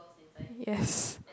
yes